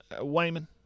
wayman